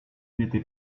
n’était